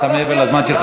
אתה מעבר לזמן שלך.